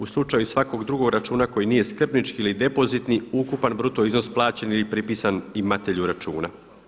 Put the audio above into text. U slučaju svakog drugog računa koji nije skrbnički ili depozitni ukupan bruto iznos plaćen ili pripisan imatelju računa.